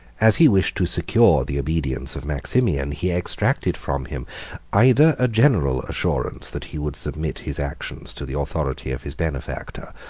as he wished to secure the obedience of maximian, he exacted from him either a general assurance that he would submit his actions to the authority of his benefactor,